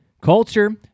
culture